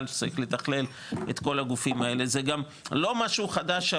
לביטחון לאומי כי צריך לתכלל את כל הגופים אלו,